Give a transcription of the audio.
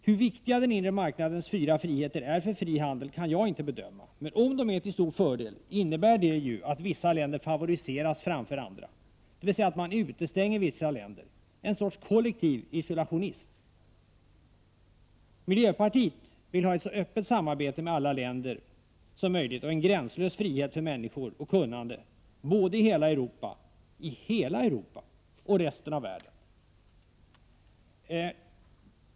Hur viktiga den inre marknadens fyra friheter är för fri handel kan jag inte bedöma, men om de är till stor fördel innebär det ju att vissa länder favoriseras framför andra, dvs. att man utestänger vissa länder — ett slags kollektiv isolationism. Miljöpartiet vill ha ett så öppet samarbete med alla länder som möjligt och en gränslös frihet för människor och kunnande, både i hela Europa och i resten av världen.